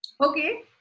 Okay